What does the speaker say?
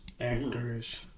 actors